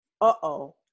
Uh-oh